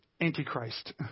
antichrist